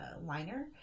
liner